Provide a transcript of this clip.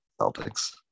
Celtics